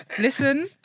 Listen